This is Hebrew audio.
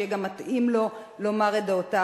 שיהיה גם מתאים לו לומר את דעותיו.